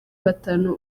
batanu